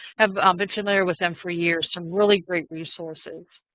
i've um been familiar with them for years. some really great resources.